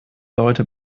leute